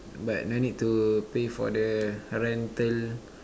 but no need to pay for the rental